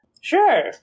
Sure